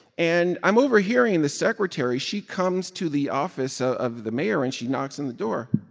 and i'm overhearing the secretary she comes to the office ah of the mayor, and she knocks on the door.